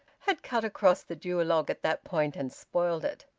had cut across the duologue at that point and spoilt it.